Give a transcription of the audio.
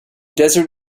desert